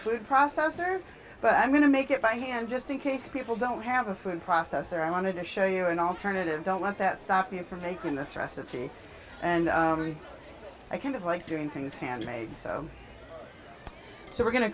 food processor but i'm going to make it by hand just in case people don't have a food processor i want to show you an alternative don't let that stop you from making this recipe and i kind of like doing things handmade so so we're going to